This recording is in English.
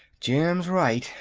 jim's right,